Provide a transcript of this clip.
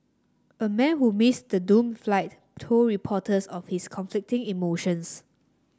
a man who missed the doomed flight told reporters of his conflicting emotions